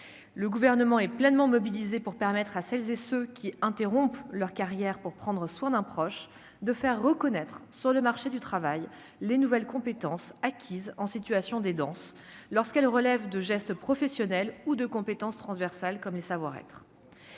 le gouvernement est pleinement mobilisée pour permettre à celles et ceux qui interrompent leur carrière pour prendre soin d'un proche de faire reconnaître sur le marché du travail, les nouvelles compétences acquises en situation des danses lorsqu'elle relève de gestes professionnels ou de compétences transversales comme les savoir-être.